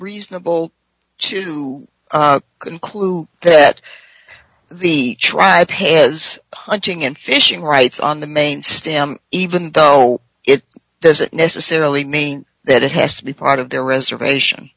reasonable to conclude that the tribe has hunching and fishing rights on the main even though it doesn't necessarily mean that it has to be part of the reservation